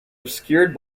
obscured